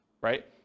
right